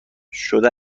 شده